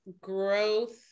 growth